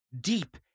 deep